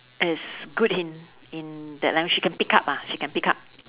is good in in that language she can pick up ah she can pick up